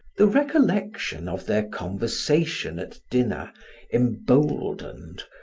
the recollection of their conversation at dinner emboldened,